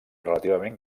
relativament